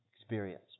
experience